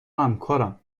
همکارم